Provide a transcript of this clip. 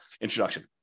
introduction